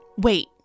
Wait